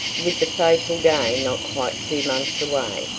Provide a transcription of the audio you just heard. with the fatal day not quite two months away,